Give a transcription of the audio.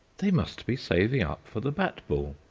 they must be saving up for the bat-ball,